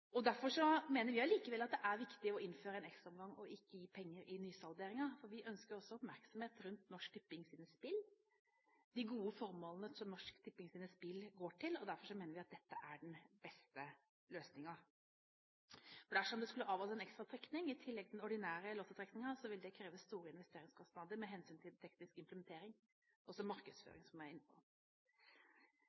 Vi mener det likevel er viktig å innføre en ekstraomgang og ikke gi penger i nysalderingen, for vi ønsker også oppmerksomhet rundt Norsk Tippings spill og de gode formålene som Norsk Tippings spill går til. Derfor mener vi at dette er den beste løsningen. Dersom det skulle avholdes en ekstra trekning i tillegg til den ordinære lottotrekningen, ville det kreve store investeringskostnader med hensyn til teknisk implementering og markedsføring, som jeg var inne på.